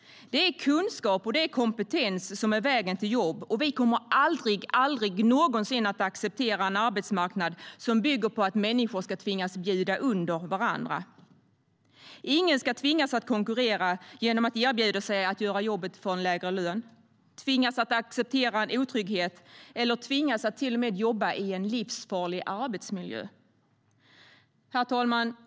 Det är kunskap och kompetens som är vägen till jobb. Vi kommer aldrig någonsin att acceptera en arbetsmarknad som bygger på att människor ska tvingas bjuda under varandra. Ingen ska tvingas konkurrera genom att erbjuda sig att göra jobbet för en lägre lön, tvingas acceptera otrygghet eller rent av tvingas jobba i en livsfarlig arbetsmiljö. Herr talman!